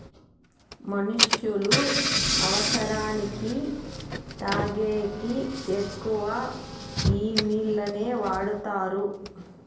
మనుష్యులు అవసరానికి తాగేకి ఎక్కువ ఈ నీళ్లనే వాడుతారు